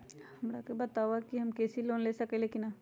हमरा के बताव कि हम कृषि लोन ले सकेली की न?